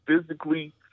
physically